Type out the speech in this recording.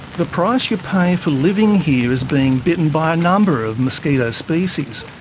the price you pay for living here is being bitten by a number of mosquito species,